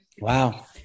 Wow